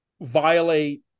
violate